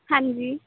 ਹਾਂਜੀ